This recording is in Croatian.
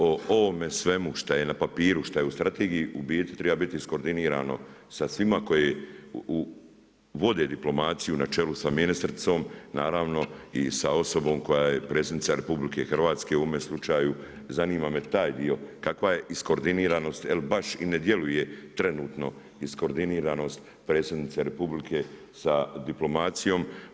O ovome svemu što je na papiru, šta je u strategiji, u biti treba biti iskordinirano sa svima koji vode diplomaciju na čelu sa ministricom, naravno i sa osobom koja je predsjednica RH, u ovome slučaju zanima me taj dio, kakva je iskordiniranost, jer baš i ne djeluje trenutno iskoordiniranost predsjednice Republike sa diplomacijom.